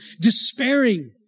despairing